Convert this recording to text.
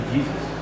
Jesus